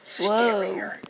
Whoa